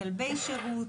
כלבי שירות,